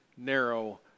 Narrow